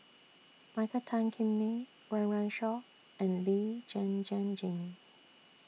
Michael Tan Kim Nei Run Run Shaw and Lee Zhen Zhen Jane